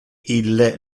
ille